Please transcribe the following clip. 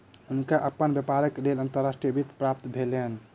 हुनका अपन व्यापारक लेल अंतर्राष्ट्रीय वित्त प्राप्त भेलैन